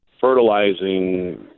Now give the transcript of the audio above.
fertilizing